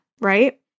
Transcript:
right